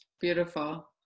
beautiful